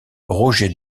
roger